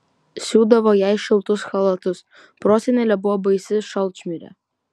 siūdavo jai šiltus chalatus prosenelė buvo baisi šalčmirė